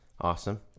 awesome